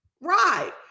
Right